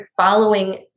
following